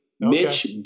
Mitch